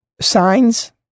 signs